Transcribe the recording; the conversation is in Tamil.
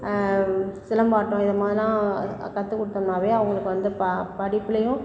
சிலம்பாட்டம் இது மாதிரிலாம் கற்று குடுத்தோம்னாலே அவங்களுக்கு வந்து படிப்புலேயும்